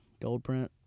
Goldprint